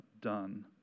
done